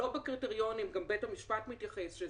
לא בקריטריונים, גם בית המשפט מתייחס לזה,